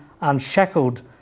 unshackled